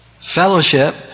Fellowship